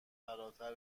فراتر